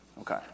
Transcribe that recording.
Okay